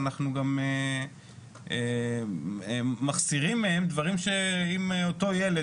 אנחנו גם מחסירים מהם דברים שאם אותו ילד,